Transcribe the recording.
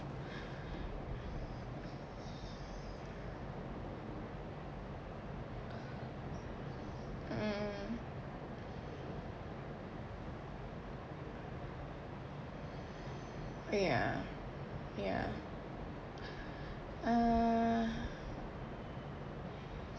mm ya ya err